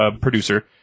producer